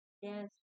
Yes